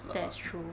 that's true